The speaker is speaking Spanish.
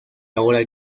ahora